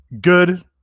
good